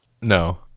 No